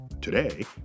Today